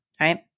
right